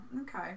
Okay